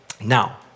Now